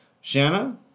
Shanna